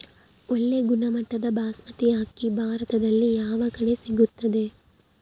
ಒಳ್ಳೆ ಗುಣಮಟ್ಟದ ಬಾಸ್ಮತಿ ಅಕ್ಕಿ ಭಾರತದಲ್ಲಿ ಯಾವ ಕಡೆ ಸಿಗುತ್ತದೆ?